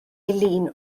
eileen